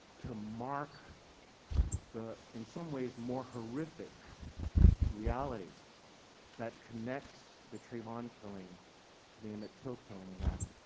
to mark the, in some ways, more horrific reality that connects the trayvon killing to the emmett till killing, in that